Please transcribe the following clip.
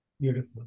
Beautiful